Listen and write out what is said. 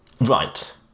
Right